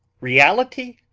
reality?